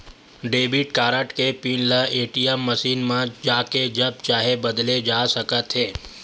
debit card के PIN ल ATM machine म जाके जब चाहे बदले जा सकत हे